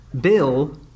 Bill